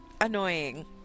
annoying